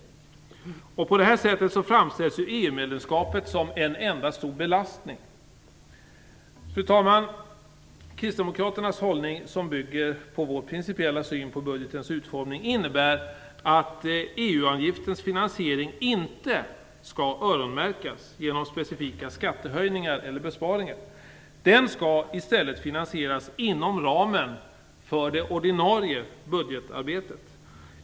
På det här sättet framställs ju EU-medlemskapet som en enda stor belastning. Fru talman! Kristdemokraternas hållning, som bygger på vår principiella syn på budgetens utformning, innebär att EU-avgiftens finansiering inte skall öronmärkas genom specifika skattehöjningar eller besparingar. Den skall i stället finansieras inom ramen för det ordinarie budgetarbetet.